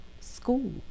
school